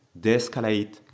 de-escalate